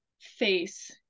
face